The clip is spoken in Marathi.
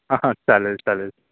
हां हां चालेल चालेल